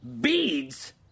Beads